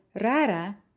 rara